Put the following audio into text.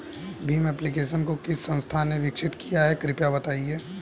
Bhim application को किस संस्था ने विकसित किया है कृपया बताइए?